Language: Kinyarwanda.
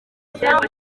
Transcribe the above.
igihembo